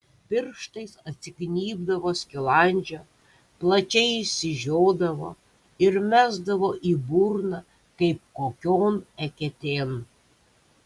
pirštais atsignybdavo skilandžio plačiai išsižiodavo ir mesdavo į burną kaip kokion eketėn